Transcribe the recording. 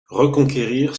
reconquérir